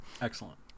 Excellent